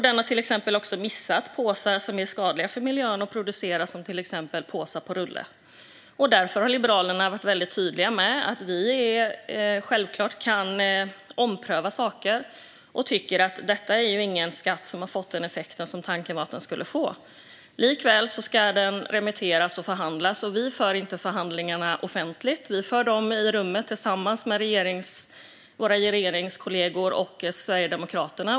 Den har till exempel också missat påsar som produceras och som är skadliga för miljön, till exempel påsar på rulle. Därför har Liberalerna varit väldigt tydliga med att vi självklart kan ompröva saker. Vi tycker inte att detta är en skatt som har fått den effekt som tanken var att den skulle få. Likväl ska den remitteras och förhandlas, och vi för inte förhandlingarna offentligt. Vi för dem i rummet tillsammans med våra regeringskollegor och Sverigedemokraterna.